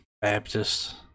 baptist